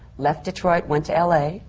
left detroit, went to l a.